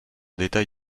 éventail